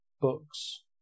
books